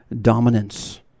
dominance